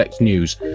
news